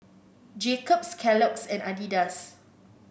Jacob's Kellogg's and Adidas